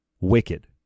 wicked